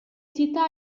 città